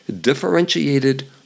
differentiated